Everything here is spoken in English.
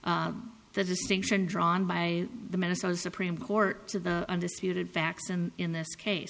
the distinction drawn by the minnesota supreme court to the undisputed facts and in this